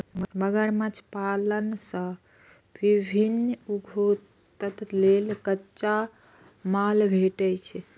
मगरमच्छ पालन सं विभिन्न उद्योग लेल कच्चा माल भेटै छै